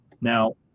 Now